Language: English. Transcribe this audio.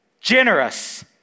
Generous